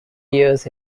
years